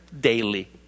daily